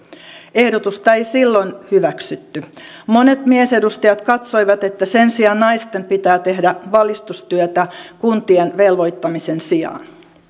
ehdotusta ei silloin hyväksytty monet miesedustajat katsoivat että sen sijaan naisten pitää tehdä valistustyötä kuntien velvoittamisen sijaan